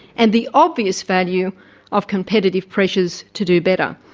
and the obvious value of competitive pressures to do better.